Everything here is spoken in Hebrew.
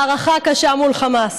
מערכה קשה מול חמאס.